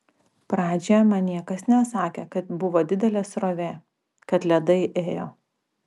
pradžioje man niekas nesakė kad buvo didelė srovė kad ledai ėjo